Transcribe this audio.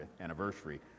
anniversary